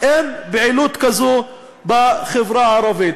אין פעילות כזאת בחברה הערבית.